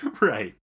Right